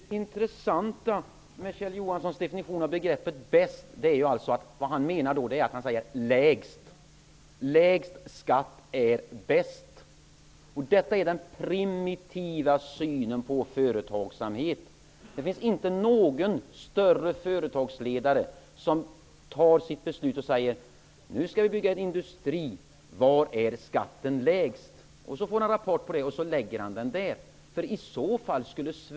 Herr talman! Det intressanta med Kjell Johanssons definition av begreppet bäst är att han då menar lägst. Lägst skatt är bäst. Detta är den primitiva synen på företagsamhet. Det finns inte någon större företagsledare som fattar beslut om att bygga en industri genom att fråga var skatten är lägst och sedan, när han får rapport om det, lägger industrin där.